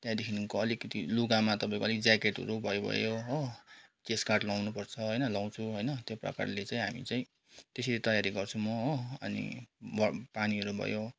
त्यहाँदेखिको अलिकति लुगामा तपाईँको अलिक ज्याकेटहरू भइगयो हो चेस्टगार्ड लगाउनुपर्छ होइन लगाउँछु होइन त्यो प्रकारले चाहिँ हामी चाहिँ त्यसरी तयारी गर्छु म हो अनि पानीहरू भयो